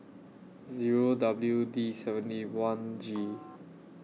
Zero W D seventy one G